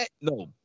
No